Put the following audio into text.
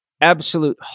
absolute